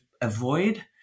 avoid